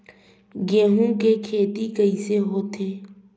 गेहूं के खेती कइसे होथे?